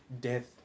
death